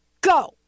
go